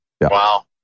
Wow